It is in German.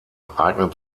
eignet